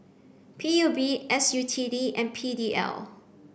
P U B S U T D and P D L